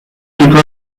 people